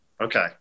Okay